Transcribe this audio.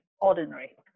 ordinary